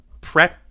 prep